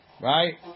right